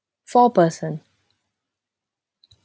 four person